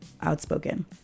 outspoken